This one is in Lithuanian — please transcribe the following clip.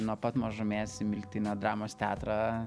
nuo pat mažumės į miltinio dramos teatrą